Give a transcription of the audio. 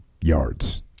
yards